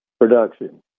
production